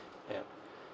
ya